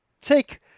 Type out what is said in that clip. take